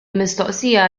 mistoqsija